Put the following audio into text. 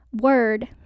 word